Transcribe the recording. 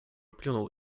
плюнул